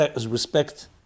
Respect